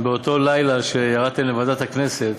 באותו לילה שירדתם לוועדת הכנסת